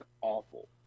awful